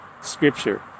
scripture